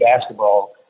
basketball